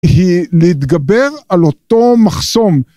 היא להתגבר על אותו מחסום.